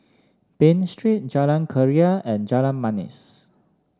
Bain Street Jalan Keria and Jalan Manis